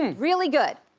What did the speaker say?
really good.